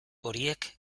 horiek